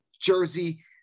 Jersey